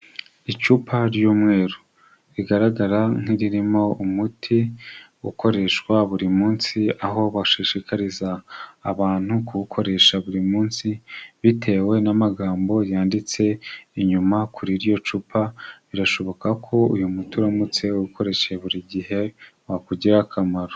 Icupa ry'umweru rigaragara nk'iririmo umuti ukoreshwa buri munsi, aho bashishikariza abantu kuwukoresha buri munsi, bitewe n'amagambo yanditse inyuma kuri iryo cupa birashoboka ko uyu muti uramutse uwukoresheje buri gihe wakugirira akamaro.